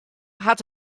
hat